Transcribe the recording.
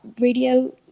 radio